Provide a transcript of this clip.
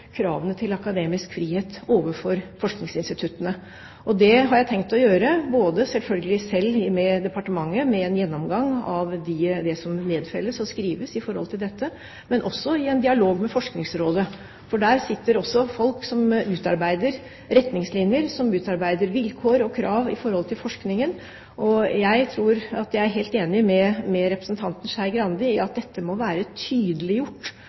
kravene til akademisk frihet overfor forskningsinstituttene. Og det har jeg tenkt å gjøre – selvfølgelig selv med departementet, med en gjennomgang av det som nedfelles og skrives om dette, men også i en dialog med Forskningsrådet, for der sitter det også folk som utarbeider retningslinjer, vilkår og krav i forhold til forskningen. Jeg er helt enig med representanten Skei Grande i at dette må være